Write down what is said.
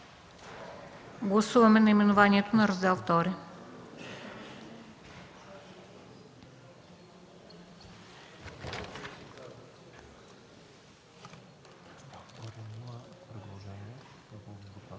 Гласуваме наименованието на Раздел ІІ.